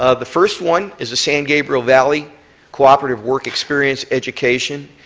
ah the first one is the same gabriel valley cooperative work experience education,